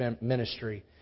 ministry